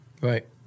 Right